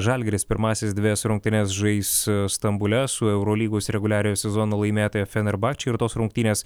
žalgiris pirmąsias dvejas rungtynes žais stambule su eurolygos reguliariojo sezono laimėtoja fenerbahče ir tos rungtynės